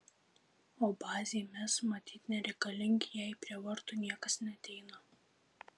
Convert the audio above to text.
o bazei mes matyt nereikalingi jei prie vartų niekas neateina